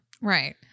Right